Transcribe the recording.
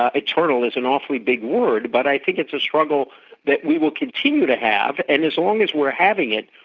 ah eternal is an awfully big word, but i think it's a struggle that we will continue to have and as long as we're having it,